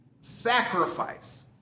sacrifice